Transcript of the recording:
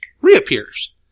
reappears